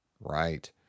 Right